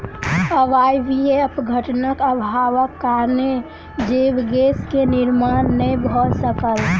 अवायवीय अपघटनक अभावक कारणेँ जैव गैस के निर्माण नै भअ सकल